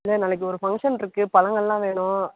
இல்லை நாளைக்கு ஒரு ஃபங்க்ஷன் இருக்குது பழங்கள்லாம் வேணும்